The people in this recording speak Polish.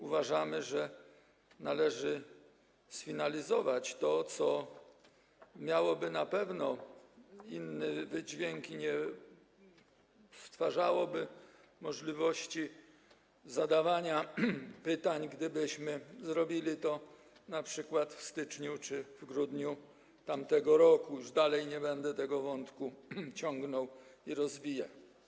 Uważamy, że należy sfinalizować to, co miałoby na pewno inny wydźwięk i nie stwarzałoby możliwości zadawania pytań, gdybyśmy zrobili to np. w styczniu czy w grudniu tamtego roku, nie będę jednak tego wątku ciągnął czy rozwijał.